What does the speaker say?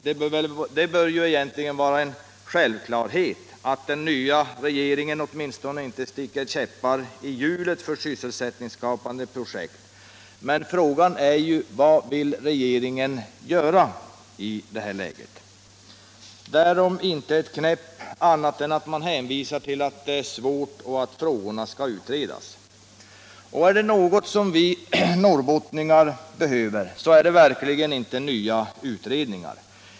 Det bör egentligen vara en självklarhet att den nya regeringen åtminstone inte sticker käppar i hjulet för sysselsättningsskapande projekt, men frågan är: Vad vill regeringen göra i det här läget? Därom hörs inte ett knäpp, annat än att man hänvisar till att det är svårt och att frågorna skall utredas. Men är det något som vi norrbottningar behöver, så inte är det nya utredningar.